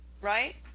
right